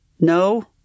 No